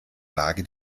lage